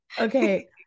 okay